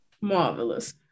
Marvelous